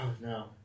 no